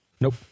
Nope